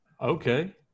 Okay